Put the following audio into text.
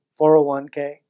401k